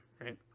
right